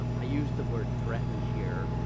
um i used the word threatened here